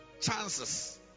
chances